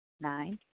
Nine